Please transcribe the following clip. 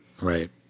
Right